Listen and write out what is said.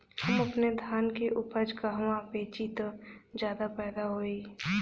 हम अपने धान के उपज कहवा बेंचि त ज्यादा फैदा होई?